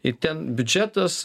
ir ten biudžetas